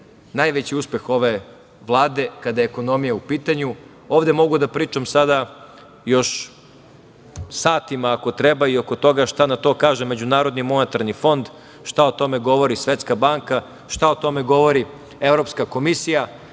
najveći uspeh ove Vlade kada je ekonomija u pitanju. Ovde mogu da pričam sada još satima ako treba i oko toga šta na to kaže MMF, šta o tome govori Svetska banka, šta o tome govori Evropska komisija.